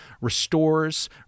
restores